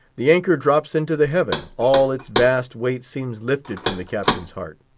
the anchor drops into the haven, all its vast weight seems lifted from the captain's heart.